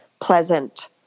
pleasant